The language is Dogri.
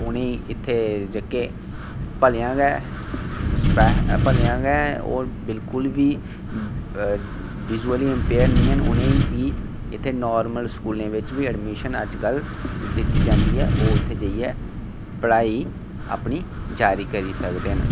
उ'नेंगी इत्थै जेह्के भलेआं गै ओह् बिल्कुल बी विजुअली इम्पेयरड़ निं ऐ उ'नेंगी बी इत्थै नॉर्मल स्कूलें बिच बी एडमिशन दित्ती जंदी ऐ ओह् उत्थें पढ़ाई अपनी जारी करी सकदे न